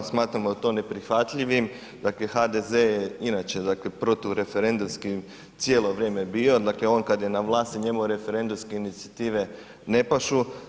Smatramo to neprihvatljivim, dakle HDZ je inače dakle protureferendumski cijelo vrijeme bio, dakle on kad je na vlasi njemu referendumske inicijative ne pašu.